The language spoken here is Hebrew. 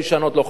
לא חדשות,